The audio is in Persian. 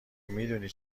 میدونی